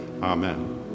Amen